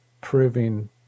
proving